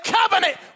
Covenant